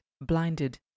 blinded